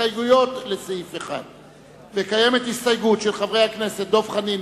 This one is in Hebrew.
ההסתייגויות לסעיף 1. קיימת הסתייגות של חברי הכנסת דב חנין,